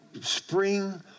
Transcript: spring